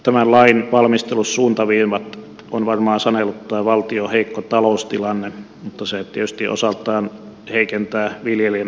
tämän lain valmistelun suuntaviivat on varmaan sanellut tämä valtion heikko taloustilanne mutta se tietysti osaltaan heikentää viljelijän asemaa